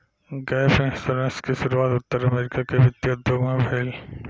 gap insurance के शुरुआत उत्तर अमेरिका के वित्तीय उद्योग में भईल